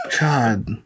God